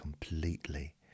completely